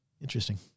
Interesting